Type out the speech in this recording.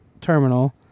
Terminal